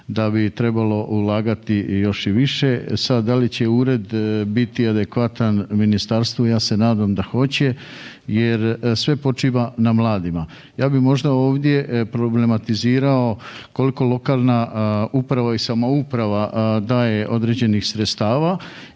da bi trebalo ulagati još i više. Sad da li će ured biti adekvatan ministarstvu ja se nadam da hoće jer sve počiva na mladima. Ja bi možda ovdje problematizirao koliko lokalna uprava i samouprava daje određenih sredstava